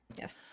Yes